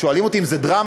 שואלים אותי אם זה דרמה.